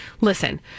listen